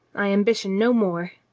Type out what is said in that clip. i ambition no more.